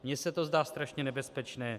Mně se to zdá strašně nebezpečné.